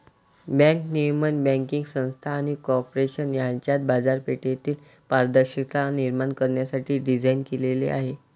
bank नियमन banking संस्था आणि कॉर्पोरेशन यांच्यात बाजारपेठेतील पारदर्शकता निर्माण करण्यासाठी डिझाइन केलेले आहे